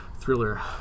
Thriller